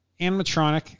animatronic